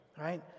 right